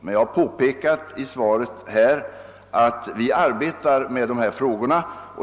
Men såsom jag har i svaret påpekat arbetar vi inom departementet med dessa frågor.